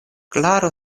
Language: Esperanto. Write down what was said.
klaro